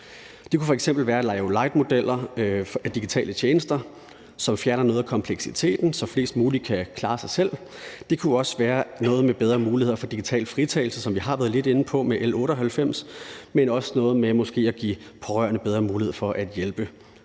Det kunne f.eks. være at lave lightmodeller af digitale tjenester, som fjerner noget af kompleksiteten, så flest mulige kan klare sig selv, det kunne også være noget med bedre muligheder for digital fritagelse, som vi har været lidt inde på med L 98, men det kunne måske også være noget med at give pårørende en bedre mulighed for at hjælpe.